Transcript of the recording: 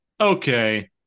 okay